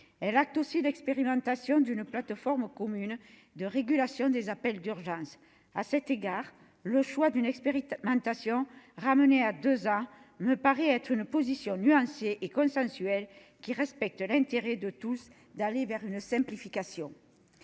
Elle acte aussi l'expérimentation d'une plateforme commune de régulation des appels d'urgence. À cet égard, le choix d'une expérimentation ramenée à deux ans me paraît être une position nuancée et consensuelle qui respecte l'intérêt de tous d'aller vers une simplification.